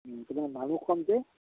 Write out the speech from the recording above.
ভাতো খুৱাম যে